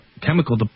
Chemical